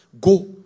go